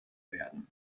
werden